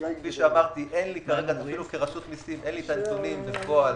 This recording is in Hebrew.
כפי שאמרתי, אין לי כרגע הנתונים בפועל.